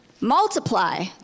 Multiply